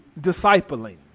discipling